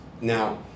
Now